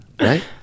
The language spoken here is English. right